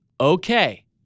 okay